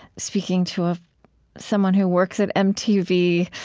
speaking to ah someone who works at mtv,